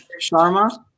Sharma